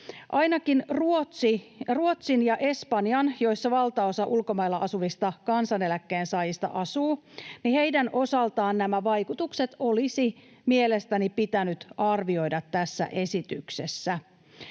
Ainakin Ruotsin ja Espanjan osalta, joissa valtaosa ulkomailla asuvista kansaneläkkeen saajista asuu, nämä vaikutukset olisi mielestäni pitänyt arvioida tässä esityksessä.